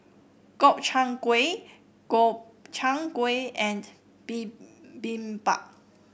Gobchang Gui Gobchang Gui and Bibimbap